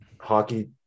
hockey